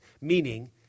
meaning